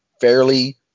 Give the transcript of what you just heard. fairly